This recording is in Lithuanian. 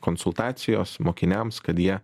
konsultacijos mokiniams kad jie